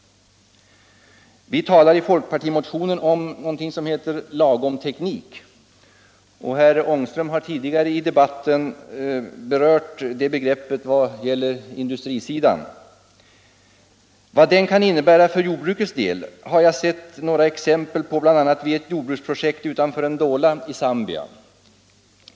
Vi talar i folkpartimotionen om ”lagomteknik”. Herr Ångström har tidigare i debatten berört vad det begreppet innebär för industrisidan. Vad det innebär för jordbrukets del har jag sett exempel på vid ett jordbruksprojekt utanför Ndola i Zambia.